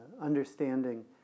understanding